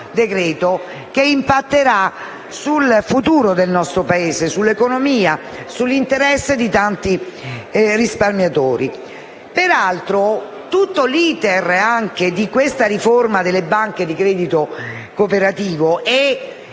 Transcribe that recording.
decreto‑legge, che impatterà sul futuro del nostro Paese, sull'economia e sugli interessi di tanti risparmiatori. Peraltro, tutto l'*iter* di questa riforma delle banche di credito cooperativo e